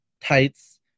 tights